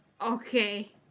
Okay